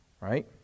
Right